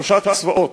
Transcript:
שלושה צבאות,